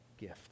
gift